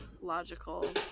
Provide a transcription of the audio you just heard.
logical